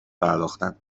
پرداختند